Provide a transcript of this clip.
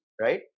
Right